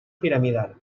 piramidal